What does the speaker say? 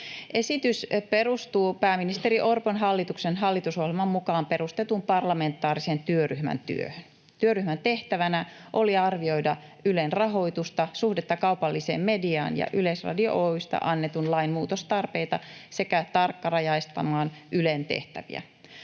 Esitys perustuu pääministeri Orpon hallituksen hallitusohjelman mukaan perustetun parlamentaarisen työryhmän työhön. Työryhmän tehtävänä oli arvioida Ylen rahoitusta, suhdetta kaupalliseen mediaan ja Yleisradio Oy:stä annetun lain muutostarpeita sekä tarkkarajaistaa Ylen tehtäviä.